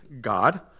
God